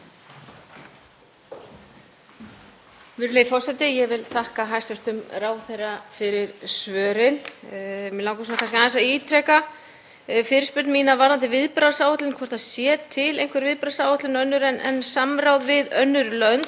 fyrirspurn mína varðandi viðbragðsáætlun, hvort það sé til einhver viðbragðsáætlun önnur en samráð við önnur lönd til að bregðast við þessu ástandi. Við erum einmitt svo lánsöm að hafa góðar aðstæður til kornræktar hér á landi og ljóst er að hægt er að gefa í í þeim efnum.